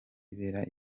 ibera